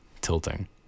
tilting